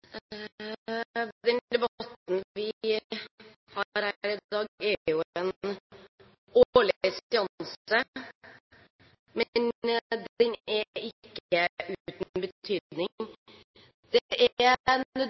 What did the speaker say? Den debatten vi har her i dag, er en årlig seanse, men den er ikke uten betydning. Det er